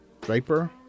Draper